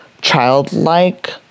childlike